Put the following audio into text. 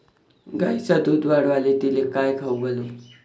गायीचं दुध वाढवायले तिले काय खाऊ घालू?